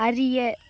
அறிய